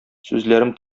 сүзләрем